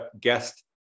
guest